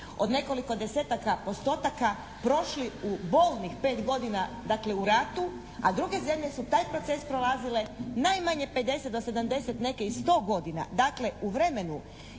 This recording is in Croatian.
od nekoliko 10-taka postotaka prošli u bolnih pet godina dakle u ratu, a druge zemlje su taj proces prolazile najmanje 50 do 70, neke i 100 godina.